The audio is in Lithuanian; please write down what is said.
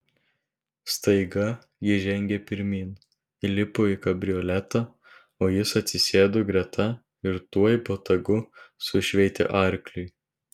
staiga ji žengė pirmyn įlipo į kabrioletą o jis atsisėdo greta ir tuoj botagu sušveitė arkliui